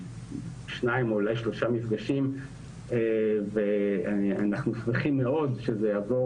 שניים או אולי שלושה מפגשים ואנחנו שמחים מאוד שזה יעבור